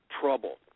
trouble